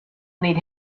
need